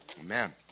Amen